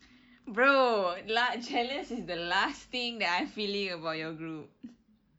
bro las~ jealous is the last thing that I'm feeling about your group